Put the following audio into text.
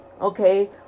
okay